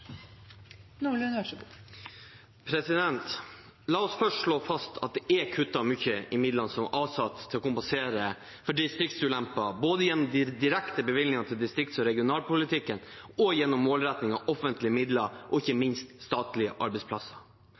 i midlene som er avsatt til å kompensere for distriktsulemper, både gjennom direkte bevilgninger til distrikts- og regionalpolitikken og gjennom målrettingen av offentlige midler og, ikke minst, statlige arbeidsplasser.